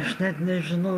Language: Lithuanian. aš net nežinau